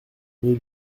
mais